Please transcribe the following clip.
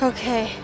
Okay